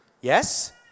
yes